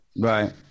Right